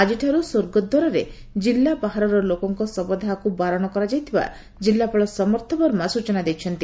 ଆକିଠାରୁ ସ୍ୱର୍ଗଦ୍ୱାରରେ ଜିଲ୍ଲା ବାହାରର ଲୋକଙ୍କ ଶବଦାହକୁ ବାରଣ କରାଯାଇଥିବା ଜିଲ୍ଲାପାଳ ସମର୍ଥ ବର୍ମା ସୂଚନା ଦେଇଛନ୍ତି